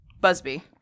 Busby